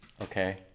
Okay